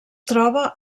troba